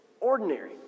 Ordinary